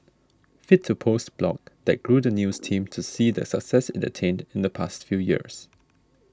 fit to Post blog that grew the news team to see the success it attained in the past few years